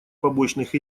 побочных